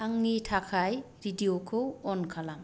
आंनि थाखाय रेडिय'खौ अन खालाम